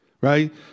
right